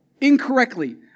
incorrectly